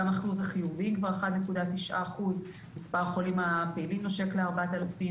גם אחוז החיוביים הוא 1.9%. מספר החולים הפעילים נושק ל-4,000.